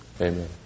Amen